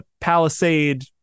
palisade